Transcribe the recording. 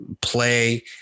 play